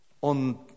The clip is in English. on